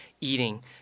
eating